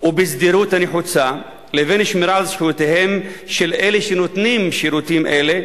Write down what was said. ובסדירות הנחוצות לבין שמירה על זכויותיהם של אלה שנותנים שירותים אלה,